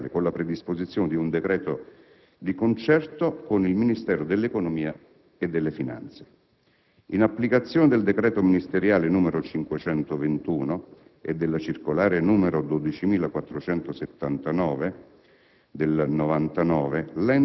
e alla approvazione ministeriale, con la predisposizione di un decreto di concerto con il Ministero dell'economia e delle finanze. In applicazione del decreto ministeriale n. 521 del 1997 e della circolare n. 12479